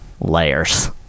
Layers